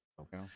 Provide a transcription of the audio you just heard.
Okay